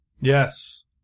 Yes